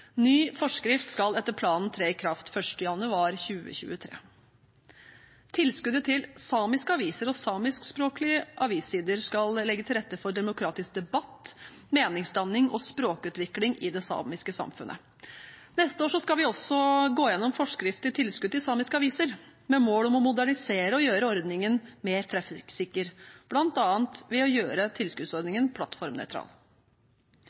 Ny forskrift skal etter planen tre i kraft 1. januar 2023. Tilskuddet til samiske aviser og samiskspråklige avissider skal legge til rette for demokratisk debatt, meningsdanning og språkutvikling i det samiske samfunnet. Neste år skal vi også gå gjennom forskrift til tilskudd til samiske aviser, med mål om å modernisere og gjøre ordningen mer treffsikker, bl.a. ved å gjøre